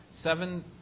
seven